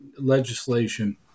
legislation